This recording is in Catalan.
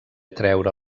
treure